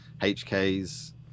HK's